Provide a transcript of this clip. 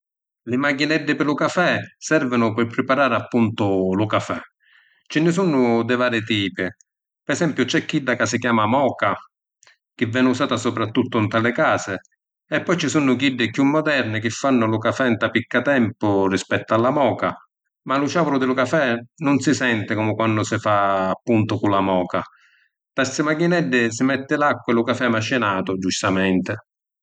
Li machineddi pi lu cafè servinu pi pripari appuntu lu cafè. Ci nni sunnu di vari tipi. Pi esempiu c’è chidda ca si chiama “moka” chi veni usata supratuttu nta li casi e poi ci sunnu chiddi chiù moderni chi fannu lu cafè nta picca tempu rispettu a la “moka”, ma lu ciauru di lu cafè nun si senti comu quannu si fa appuntu cu la moka. Nta sti machineddi si metti l’acqua e lu cafè macinatu, giustamenti.